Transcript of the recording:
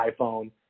iPhone